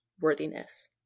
worthiness